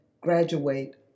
graduate